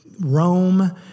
Rome